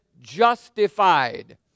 justified